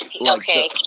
Okay